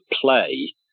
play